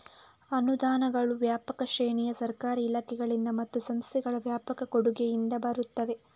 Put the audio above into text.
ಅನುದಾನಗಳು ವ್ಯಾಪಕ ಶ್ರೇಣಿಯ ಸರ್ಕಾರಿ ಇಲಾಖೆಗಳಿಂದ ಮತ್ತು ಸಂಸ್ಥೆಗಳ ವ್ಯಾಪಕ ಕೊಡುಗೆಯಿಂದ ಬರುತ್ತವೆ